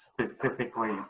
specifically